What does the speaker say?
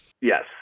Yes